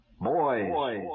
Boys